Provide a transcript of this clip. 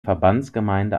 verbandsgemeinde